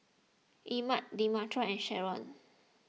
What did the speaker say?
Emmet Demetra and Sherron